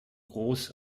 groß